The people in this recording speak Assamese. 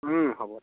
হ'ব ঠিক আছে